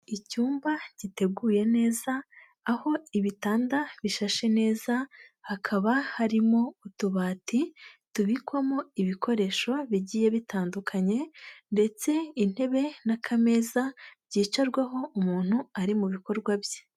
Icyumba giteguye neza aho ibitanda bishashe neza, hakaba harimo utubati tubikwamo ibikoresho bigiye bitandukanye ndetse intebe n'akameza byicarwaho umuntu ari mu bikorwa bye.